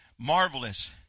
marvelous